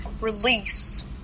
release